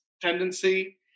tendency